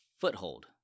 foothold